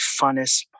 funnest